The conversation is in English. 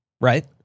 Right